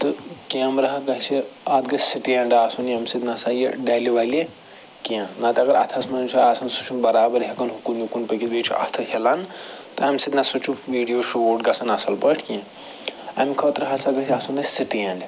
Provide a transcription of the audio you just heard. تہٕ کیمرہا گَژھِ اتھ گَژھِ سِٹینڈ آسُن ییٚمہِ سۭتۍ نَسا یہِ ڈلہِ وَلہِ کیٚنٛہہ نَہ تہٕ اگر اتھس منٛز چھُ آسن سُہ چھُنہٕ برابر ہٮ۪کن ہُکُن یِکُن پٔکِتھ بیٚیہِ چھُ اتھٕ ہِلان تَمہِ سۭتۍ نَسا چھُ ویٖڈیو شوٗٹ گَژھان اصٕل پٲٹھۍ کیٚنٛہہ اَمہِ خٲطرٕ ہَسا گَژھِ آسُن اَسہِ سِٹینڈ